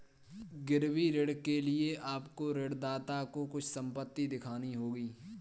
गिरवी ऋण के लिए आपको ऋणदाता को कुछ संपत्ति दिखानी होगी